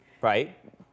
Right